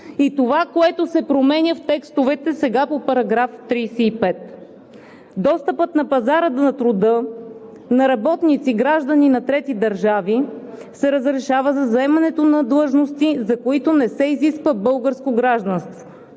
и това, което се променя в текстовете на § 35, т. 1: „Достъпът до пазара на труда на работници, граждани на трети държави се разрешава за заемането на длъжности, за които не се изисква българско гражданство.“